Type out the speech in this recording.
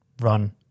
run